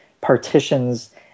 partitions